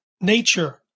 nature